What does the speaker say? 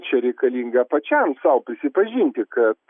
čia reikalinga pačiam sau prisipažinti kad